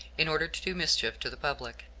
in order to do mischief to the public.